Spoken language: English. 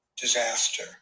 disaster